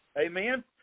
Amen